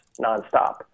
nonstop